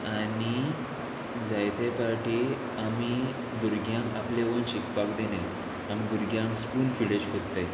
आनी जायते पाटी आमी भुरग्यांक आपले ओन शिकपाक दिना आमी भुरग्यांक स्पून फिडेज कोत्ताय